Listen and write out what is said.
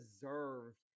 deserved